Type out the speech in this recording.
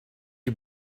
you